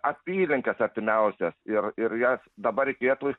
apylinkes artimiausias ir ir jas dabar reikėtų